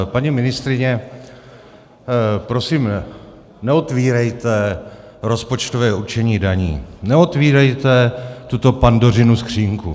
Paní ministryně, prosím neotvírejte rozpočtové určení daní, neotvírejte tuto Pandořinu skříňku.